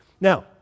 Now